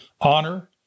honor